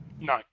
No